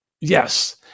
Yes